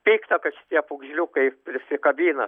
pikta kad šitie pūgžliukai prisikabina